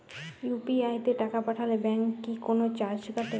UPI তে টাকা পাঠালে ব্যাংক কি কোনো চার্জ কাটে?